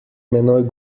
menoj